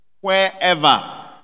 wherever